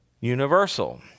universal